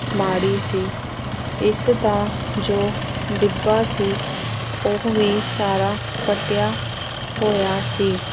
ਮਾੜੀ ਸੀ ਇਸ ਦਾ ਜੋ ਡਿੱਬਾ ਸੀ ਉਹ ਵੀ ਸਾਰਾ ਫਟਿਆ ਹੋਇਆ ਸੀ